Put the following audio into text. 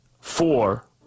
Four